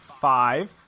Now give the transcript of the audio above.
five